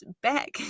back